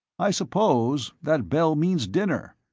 i suppose that bell means dinner,